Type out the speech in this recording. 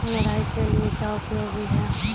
निराई के लिए क्या उपयोगी है?